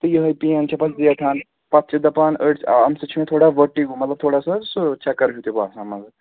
تہٕ یِہَے پین چھِ پَتہٕ زیٹھان پَتہٕ چھِ دَپان أڑۍ اَمہِ سۭتۍ چھُ مےٚ تھوڑا ؤٹِگو مطلب تھوڑا سا سُہ چَکَر ہیٛوٗ تہِ باسان منٛزٕ